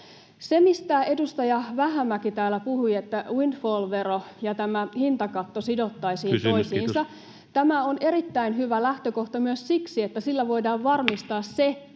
Se, mistä edustaja Vähämäki täällä puhui, että windfall-vero ja tämä hintakatto sidottaisiin toisiinsa, [Puhemies: Kysymys, kiitos!] on erittäin hyvä lähtökohta myös siksi, että sillä voidaan varmistaa se,